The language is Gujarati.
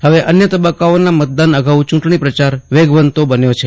હવે અન્ય તબક્કાઓના મતદાન અગાઉ ચુંટણી પ્રચાર વેગવંતો બન્યો છે